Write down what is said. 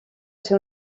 ser